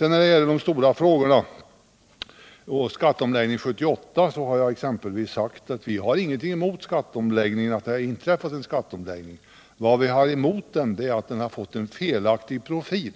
När det gäller den stora frågan om en skatteomläggning 1978 har jag exempelvis sagt att vi har ingenting emot denna skatteomläggning. Vad vi har emot den är att den har fått en felaktig profil.